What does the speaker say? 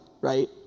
right